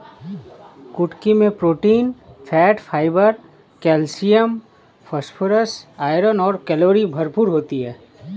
कुटकी मैं protein, fat, fibre, calcium, phosphorus, iron और कैलोरी भरपूर होती है